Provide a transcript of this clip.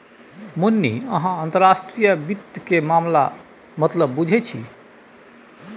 मुन्नी अहाँ अंतर्राष्ट्रीय वित्त केर मतलब बुझैत छी